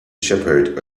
shepherd